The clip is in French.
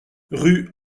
rue